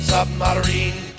Submarine